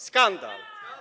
Skandal.